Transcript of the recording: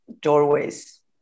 doorways